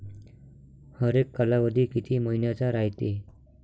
हरेक कालावधी किती मइन्याचा रायते?